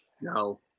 No